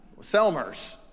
Selmers